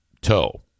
toe